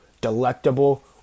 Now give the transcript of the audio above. delectable